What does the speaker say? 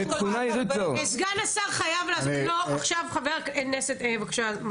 היו"ר מירב בן ארי (יו"ר ועדת ביטחון הפנים): סגן